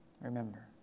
Remember